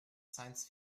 science